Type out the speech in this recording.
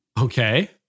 Okay